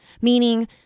meaning